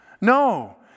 No